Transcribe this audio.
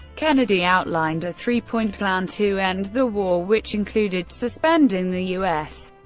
kennedy outlined a three-point plan to end the war which included suspending the u s.